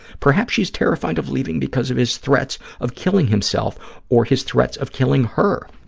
perhaps she's terrified of leaving because of his threats of killing himself or his threats of killing her.